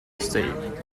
state